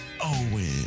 Owen